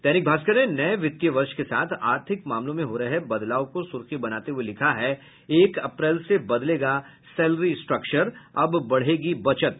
दैनिक भास्कर ने नये वित्तीय वर्ष के साथ आर्थिक मामलों में हो रहे बदलाव को सुर्खी बनाते हुये लिखा है एक अप्रैल से बदलेगा सैलरी स्ट्रक्चर अब बढ़ेगी बचत